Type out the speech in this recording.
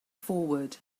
forward